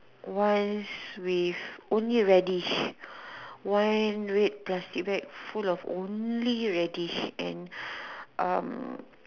once with only radish one red plastic bag full of only radish and um